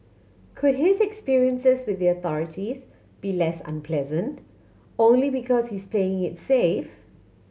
could his experiences with the authorities be less unpleasant only because he's played it safe